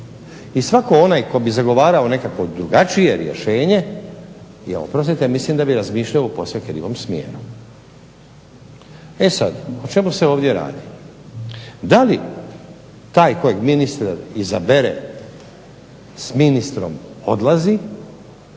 I svako onaj tko bi zagovarao nekakvu drugačije rješenje mislim da bi razmišljao posve u krivom smjeru. E sada, o čemu se ovdje radi? Da li taj kojeg ministar izabere s ministrom odlazi